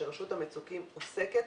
שרשות המצוקים עוסקת